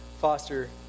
foster